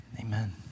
Amen